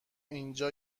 اینجا